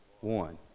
one